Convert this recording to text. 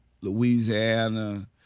Louisiana